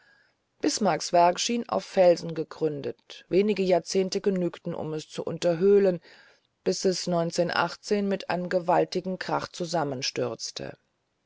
bismarcks werk schien auf felsen gegründet wenige jahrzehnte genügten es zu unterhöhlen bis es mit einem gewaltigen krach